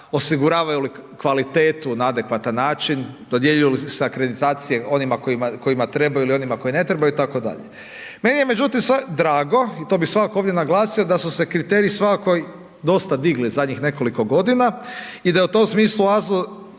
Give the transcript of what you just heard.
osiguravaju li kvalitetu na adekvatan način, dodjeljuju se akreditacije onima kojima trebaju ili onima koje ne trebaju itd.. Meni je međutim drago i to bih svakako ovdje naglasio da su se kriteriji svakako dosta digli zadnjih nekoliko godina i da je u tom smislu AZVO